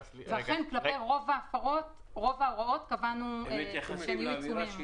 כלפי רוב ההוראות אנחנו אכן קבענו שיהיו עיצומים.